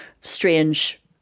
strange